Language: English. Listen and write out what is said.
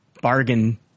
bargain